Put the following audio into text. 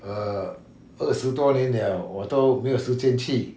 err 二十多年 liao 我都没有时间去